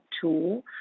tool